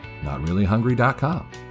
notreallyhungry.com